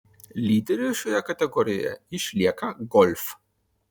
lyderiu šioje kategorijoje išlieka golf